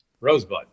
Rosebud